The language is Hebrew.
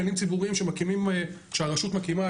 גנים ציבוריים שהרשות מקימה,